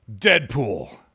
Deadpool